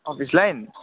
office line